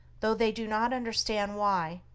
though they do not understand why,